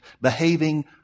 behaving